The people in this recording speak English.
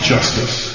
Justice